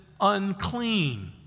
unclean